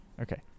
Okay